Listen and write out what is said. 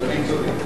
אדוני צודק.